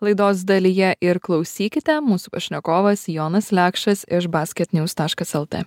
laidos dalyje ir klausykite mūsų pašnekovas jonas lekšas iš basketnews taškas lt